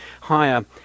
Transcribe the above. higher